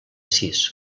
sis